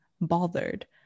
bothered